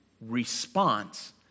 response